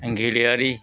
गेलेयारि